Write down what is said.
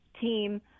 team